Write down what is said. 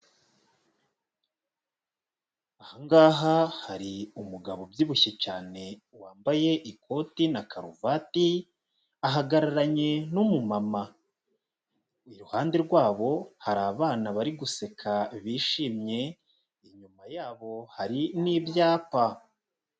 Aha ngaha hari umugabo ubyibushye cyane wambaye ikoti na karuvati, ahagararanye n'umumama, iruhande rwabo hari abana bari guseka bishimye, inyuma yabo hari n'ibyapa.